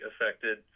affected